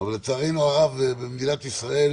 אבל לצערנו הרב במדינת ישראל